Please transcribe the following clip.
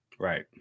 Right